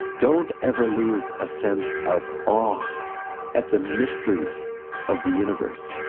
don't ever lose a sense of awe at the mysteries of the universe.